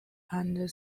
and